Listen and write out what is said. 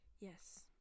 Yes